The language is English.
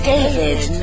David